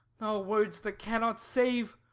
o words that cannot save!